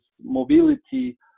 mobility